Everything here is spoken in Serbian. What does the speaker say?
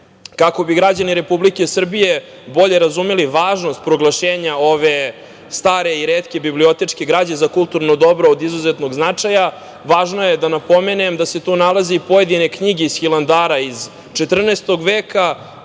Kako bi građani Republike Srbije bolje razumeli važnost proglašenja ova stare i retke bibliotečke građe za kulturno dobro od izuzetnog značaja važno je da napomenem da se tu nalaze i pojedine knjige iz Hilandara iz 14. veka,